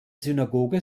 synagoge